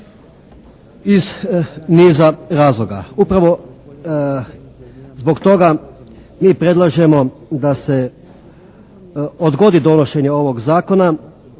iz niza razloga. Upravo zbog toga mi predlažemo da se odgodi donošenje ovog zakona